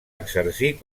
exercir